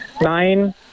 nine